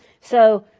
so